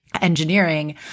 Engineering